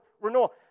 renewal